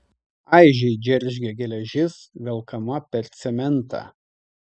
aižiai džeržgė geležis velkama per cementą